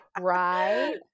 right